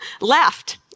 left